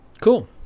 Cool